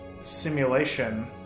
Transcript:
simulation